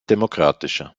demokratischer